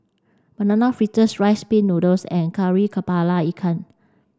banana fritters rice pin noodles and Kari Kepala Ikan